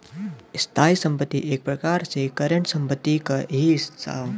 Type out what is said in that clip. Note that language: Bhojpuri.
स्थायी संपत्ति एक प्रकार से करंट संपत्ति क ही हिस्सा हौ